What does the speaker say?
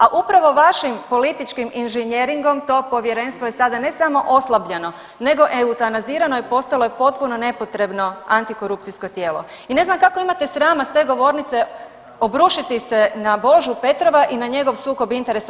A upravo vašim političkim inženjeringom to Povjerenstvo je sada ne samo oslabljeno, nego eutanazirano i postalo je potpuno nepotrebno antikorupcijsko tijelo i ne znam kako imate srama s te govornice obrušiti se na Božu Petrova i njegov sukob interesa.